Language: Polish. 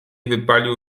wypalił